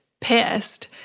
pissed